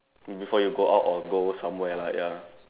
before you go out or go somewhere lah ya